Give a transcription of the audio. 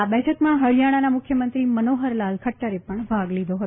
આ બેઠકમાં હરીયાણાના મુખ્યમંત્રી મનોહરલાલ પટુરે પણ ભાગ લીધો હતો